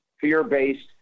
fear-based